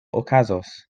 okazos